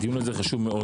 הדיון הזה חשוב מאוד,